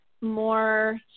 more